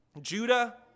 Judah